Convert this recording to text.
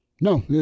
No